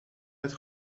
het